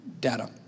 data